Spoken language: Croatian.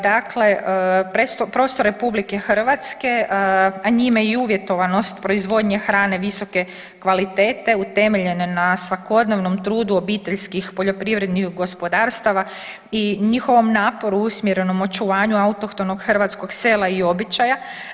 Dakle, prostor RH, a njime i uvjetovanost proizvodnje hrane visoke kvalitete utemeljeno je na svakodnevnom trudu obiteljskih poljoprivrednih gospodarstava i njihovom naporu usmjerenom očuvanju autohtonog hrvatskog sela i običaja.